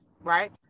right